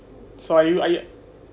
so are you